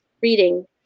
reading